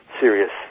serious